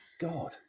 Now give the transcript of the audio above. god